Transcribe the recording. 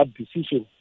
decision